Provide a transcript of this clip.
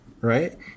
Right